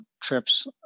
trips